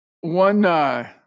One